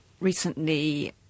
recently